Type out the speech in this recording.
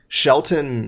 shelton